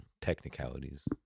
technicalities